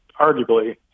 arguably